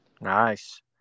Nice